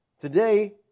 today